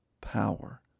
power